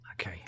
Okay